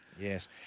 Yes